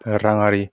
रांआरि